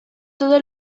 todo